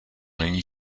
není